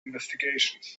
investigations